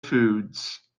foods